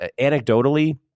anecdotally